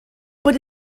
but